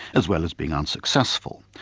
as well as being unsuccessful.